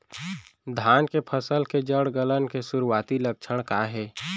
धान के फसल के जड़ गलन के शुरुआती लक्षण का हे?